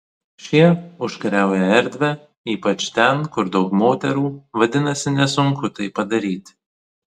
šie užkariauja erdvę ypač ten kur daug moterų vadinasi nesunku tai padaryti